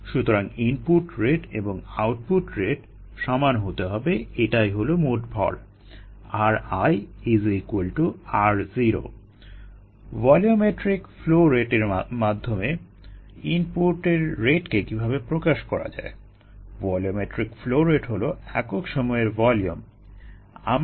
সুতরাং ইনপুটের রেট এবং আউটপুটের রেট সমান হতে হবে এটাই হলো মোট ভর